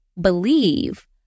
believe